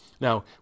Now